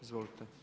Izvolite.